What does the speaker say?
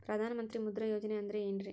ಪ್ರಧಾನ ಮಂತ್ರಿ ಮುದ್ರಾ ಯೋಜನೆ ಅಂದ್ರೆ ಏನ್ರಿ?